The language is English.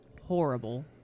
horrible